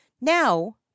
Now